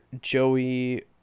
Joey